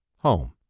home